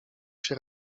się